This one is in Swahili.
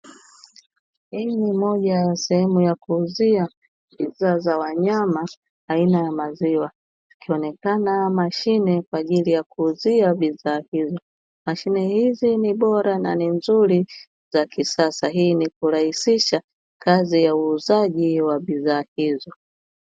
Hii ni moja ya sehemu za kuuzia bidhaa za wanyama aina ya maziwa; ikionekana mashine kwaajili ya kuuzia bidhaa hizo. Mashine hizi na bora na ni nzuri za kisasa, hii ni kurahisisha kazi ya uuzaji wa bidhaa hizo.